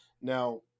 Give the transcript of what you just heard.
Now